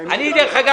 דרך אגב,